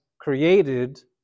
created